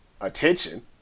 attention